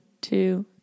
two